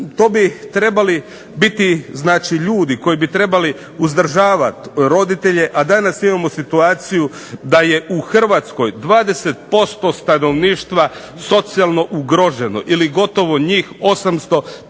To bi trebali biti znači ljudi koji bi trebali uzdržavati roditelje, a danas imamo situaciju da je u Hrvatskoj 20% stanovništva socijalno ugroženo, ili gotovo njih 850